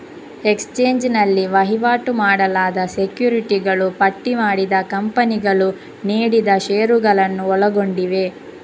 exchange ನಲ್ಲಿ ವಹಿವಾಟು ಮಾಡಲಾದ ಸೆಕ್ಯುರಿಟಿಗಳು ಪಟ್ಟಿ ಮಾಡಿದ ಕಂಪನಿಗಳು ನೀಡಿದ ಷೇರುಗಳನ್ನು ಒಳಗೊಂಡಿವೆ